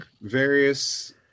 various